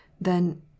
then